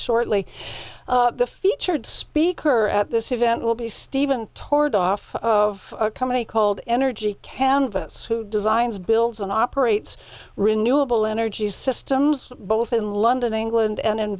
shortly the featured speaker at this event will be steven toward off of a company called energy canvas who designs builds on operates renewable energy systems both in london england and in